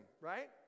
right